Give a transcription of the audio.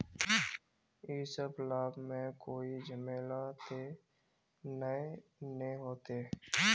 इ सब लाभ में कोई झमेला ते नय ने होते?